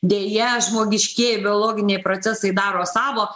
deja žmogiškieji biologiniai procesai daro savo